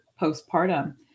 postpartum